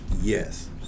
yes